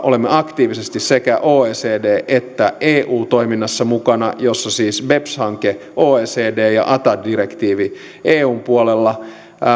yksi olemme aktiivisesti mukana sekä oecd että eu toiminnassa joissa siis beps hanke on oecdn ja atad direktiivi eun puolella